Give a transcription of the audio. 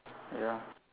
ya